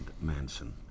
Manson